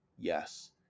yes